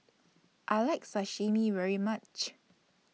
I like Sashimi very much